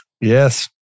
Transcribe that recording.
yes